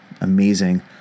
amazing